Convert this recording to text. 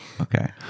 Okay